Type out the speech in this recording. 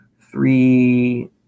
three